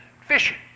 fishing